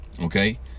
okay